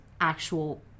actual